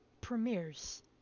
premieres